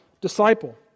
disciple